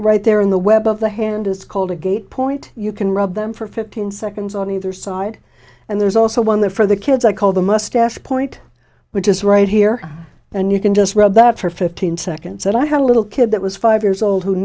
right there in the web of the hand it's called a gate point you can read them for fifteen seconds on either side and there's also one that for the kids i call the moustache point which is right here and you can just read that for fifteen seconds and i had a little kid that was five years old who